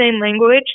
language